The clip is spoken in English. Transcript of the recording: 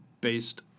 based